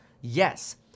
Yes